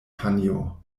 panjo